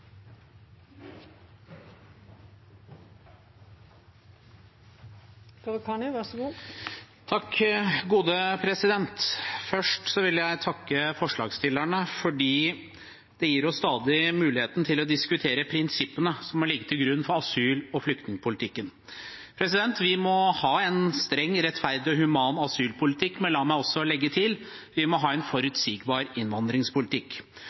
Først vil jeg takke forslagsstillerne fordi dette gir oss muligheten til å diskutere prinsippene som har ligget til grunn for asyl- og flyktningpolitikken. Vi må ha en streng, rettferdig og human asylpolitikk, men la meg også legge til: Vi må ha en forutsigbar innvandringspolitikk.